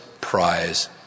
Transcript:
prize